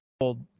old